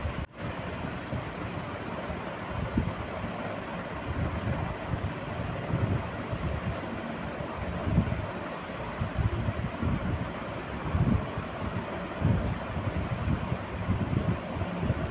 टमाटर की खेती मे कितने सिंचाई की जरूरत हैं?